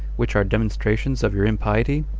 which are demonstrations of your impiety,